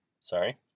Sorry